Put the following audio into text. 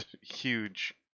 huge